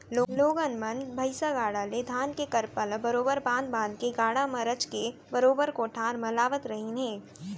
लोगन मन भईसा गाड़ा ले धान के करपा ल बरोबर बांध बांध के गाड़ा म रचके बरोबर कोठार म लावत रहिन हें